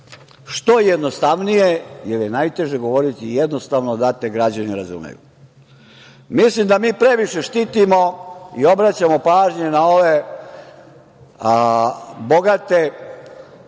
što jednostavnije, jer je najteže govoriti jednostavno, a da te građani razumeju. Mislim da mi previše štitimo i obraćamo pažnju na ove bogate